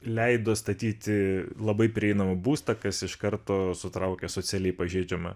leido statyti labai prieinamą būstą kas iš karto sutraukė socialiai pažeidžiamą